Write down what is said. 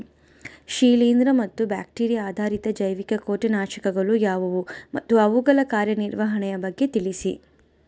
ಶಿಲೇಂದ್ರ ಮತ್ತು ಬ್ಯಾಕ್ಟಿರಿಯಾ ಆಧಾರಿತ ಜೈವಿಕ ಕೇಟನಾಶಕಗಳು ಯಾವುವು ಮತ್ತು ಅವುಗಳ ಕಾರ್ಯನಿರ್ವಹಣೆಯ ಬಗ್ಗೆ ತಿಳಿಸಿ?